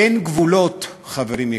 אין גבולות, חברים יקרים,